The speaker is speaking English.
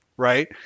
Right